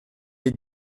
est